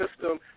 system